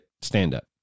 stand-up